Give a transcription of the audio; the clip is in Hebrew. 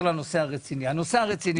הרציני.